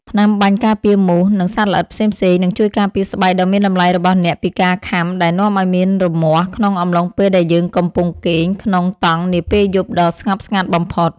ថ្នាំបាញ់ការពារមូស និង សត្វល្អិតផ្សេងៗនឹងជួយការពារស្បែកដ៏មានតម្លៃរបស់អ្នកពីការខាំដែលនាំឱ្យមានរមាស់ក្នុងអំឡុងពេលដែលយើងកំពុងគេងក្នុងតង់នាពេលយប់ដ៏ស្ងប់ស្ងាត់បំផុត។